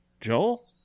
Joel